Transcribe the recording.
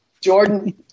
Jordan